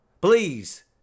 please